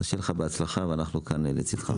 שיהיה לך בהצלחה ואנחנו כאן לצדך.